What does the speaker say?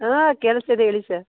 ಹಾಂ ಕೇಳಿಸ್ತಿದೆ ಹೇಳಿ ಸರ್